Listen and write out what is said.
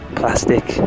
plastic